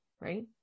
right